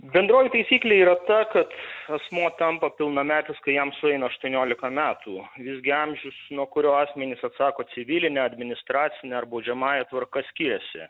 bendroji taisyklė yra ta kad asmuo tampa pilnametis kai jam sueina aštuoniolika metų visgi amžius nuo kurio asmenys atsako civiline administracine ar baudžiamąja tvarka skiriasi